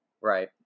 Right